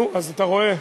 נו, אז אתה רואה.